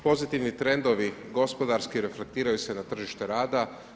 Pozitivni trendovi gospodarski, reflektiraju se na tržište rada.